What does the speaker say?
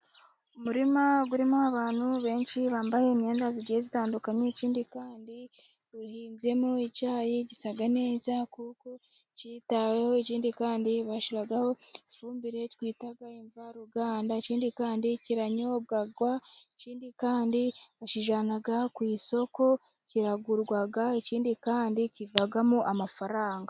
Muririma urimo abantu benshi, bambaye imyenda igiye itandukanye, ikindi kandi uhinzemo icyayi gisa neza, kuko kitaweho, ikindi kandi bashyiraho ifumbire twita imvaruganda, ikindi kandi kiranyobwa, ikindi kandi bacyiijyana ku isoko, kiragurwa, ikindi kandi kivamo amafaranga.